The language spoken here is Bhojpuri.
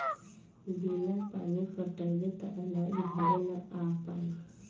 बिना पानी पटाइले त अनाज घरे ना आ पाई